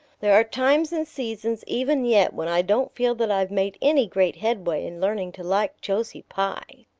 there are times and seasons even yet when i don't feel that i've made any great headway in learning to like josie pye!